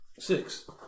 Six